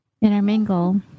intermingle